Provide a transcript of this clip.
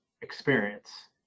experience